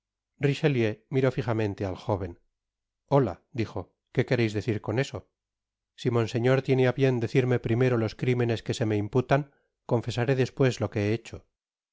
miró fijamente al jóven hola i dijo qué quereis decir con eso si monseñor tiene á bien decirme primero los crimenes que se me imputan confesaré despues lo que he hecbo